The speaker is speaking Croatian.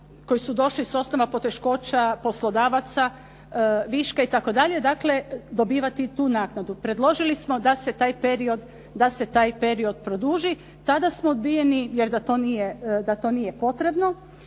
koji su došli, s osnova poteškoća poslodavaca, viška itd. dobivati tu naknadu. Predložili smo da se taj period produži. Tada smo odbijeni jer da to nije potrebno.